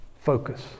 focus